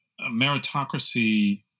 meritocracy